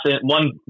one